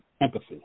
empathy